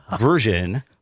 version